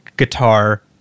guitar